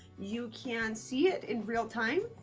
you can see it in real-time.